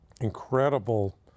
incredible